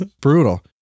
brutal